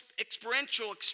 experiential